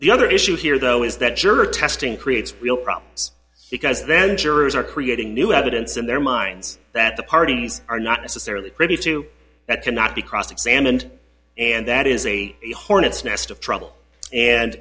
the other issue here though is that juror testing creates real problems because then jurors are creating new evidence in their minds that the parties are not necessarily privy to that cannot be cross examined and that is a hornet's nest of trouble and